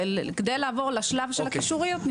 כדי לעבור לשלב של הקישוריות,